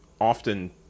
often